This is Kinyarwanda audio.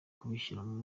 kubishyiramo